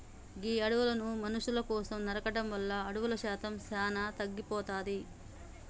గీ అడవులను మనుసుల కోసం నరకడం వల్ల అడవుల శాతం సానా తగ్గిపోతాది